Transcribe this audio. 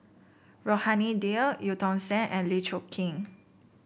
Rohani Din Eu Tong Sen and Lee Choon Kee